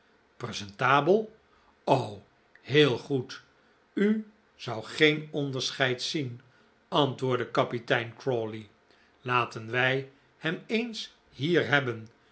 presentabel o heel goed u zou geen onderscheid zien antwoordde kapitein crawley laten wij hem eens hier hebben